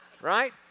right